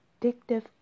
addictive